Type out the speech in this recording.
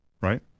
right